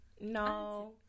No